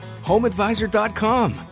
homeadvisor.com